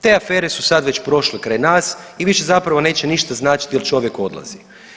Te afere su sad već prošle kraj nas i više zapravo neće ništa značiti jer čovjek odlazi.